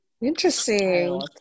Interesting